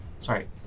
Sorry